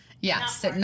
Yes